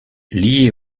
lié